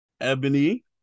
Ebony